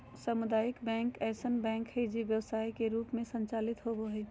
सामुदायिक बैंक ऐसन बैंक हइ जे व्यवसाय के रूप में संचालित होबो हइ